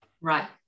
Right